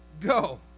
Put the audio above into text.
go